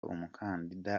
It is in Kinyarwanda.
umukandida